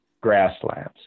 grasslands